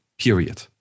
period